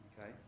Okay